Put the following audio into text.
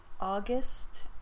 August